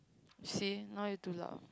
see now you too loud